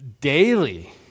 daily